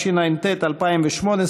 התשע"ט 2018,